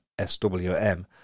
SWM